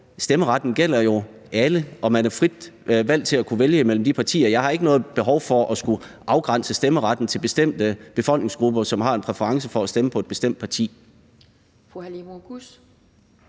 stemmeretten jo gælder alle, og at man har et frit valg til at kunne vælge imellem de partier. Jeg har ikke noget behov for at skulle afgrænse stemmeretten til bestemte befolkningsgrupper, som har en præference for at stemme på et bestemt parti.